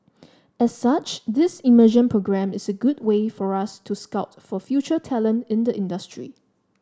as such this immersion programme is a good way for us to scout for future talent in the industry